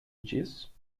disso